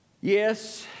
Yes